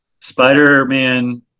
Spider-Man